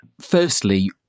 Firstly